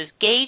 gauge